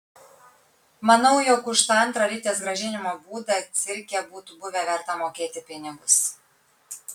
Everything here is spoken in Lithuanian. manau jog už tą antrą ritės grąžinimo būdą cirke būtų buvę verta mokėti pinigus